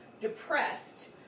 depressed